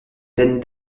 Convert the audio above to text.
peine